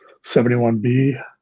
71B